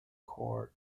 corps